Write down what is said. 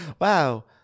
Wow